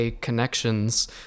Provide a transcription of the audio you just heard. connections